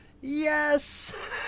yes